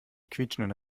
quietschenden